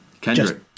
Kendrick